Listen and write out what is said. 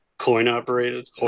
coin-operated